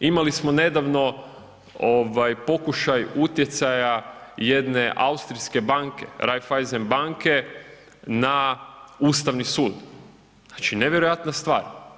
Imali smo nedavno, ovaj, pokušaj utjecaja jedne austrijske banke, Raiffeisen banke na Ustavni sud, znači nevjerojatna stvar.